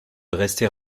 rester